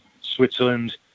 Switzerland